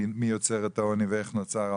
מי יוצר את העוני ואיך נוצר העוני.